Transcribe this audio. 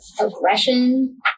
aggression